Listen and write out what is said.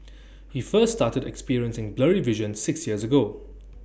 he first started experiencing blurry vision six years ago